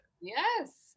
yes